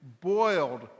boiled